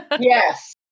Yes